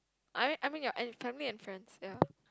I I mean your fam~ family and friends ya